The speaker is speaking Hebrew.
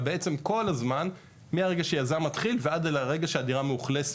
בעצם כל הזמן מרגע שיזם מתחיל ועד לרגע שהדירה מאוכלסת.